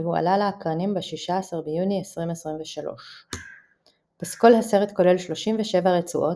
והוא עלה לאקרנים ב-16 ביוני 2023. פסקול הסרט כולל 37 רצועות,